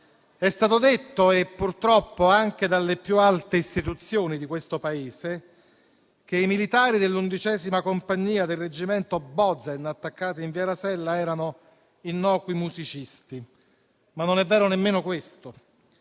È stato detto, purtroppo anche dalle più alte istituzioni di questo Paese, che i militari dell'undicesima compagnia del reggimento Bozen, attaccato in Via Rasella, erano innocui musicisti, ma non è vero nemmeno questo: